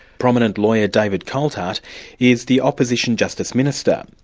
prominent lawyer david coltart is the opposition justice minister.